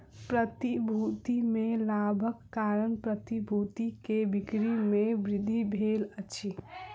प्रतिभूति में लाभक कारण प्रतिभूति के बिक्री में वृद्धि भेल अछि